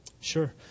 Sure